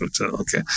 okay